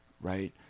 Right